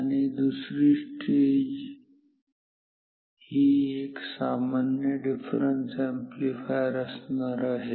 आणि दुसरी स्टेज हा एक सामान्य डिफरेन्स अॅम्प्लीफायर असणार आहे